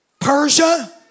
Persia